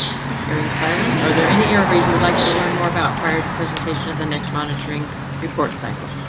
sit hearing silence. are there any errors you would like to learn more about prior to presentation of the next monitoring report cycle?